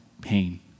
pain